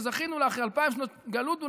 שזכינו לה אחרי אלפיים שנות גלות ונדידות,